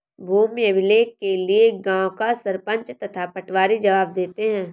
भूमि अभिलेख के लिए गांव का सरपंच तथा पटवारी जवाब देते हैं